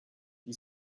you